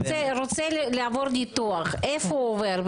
רוצה לעבור ניתוח, איפה הוא עובר?